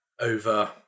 over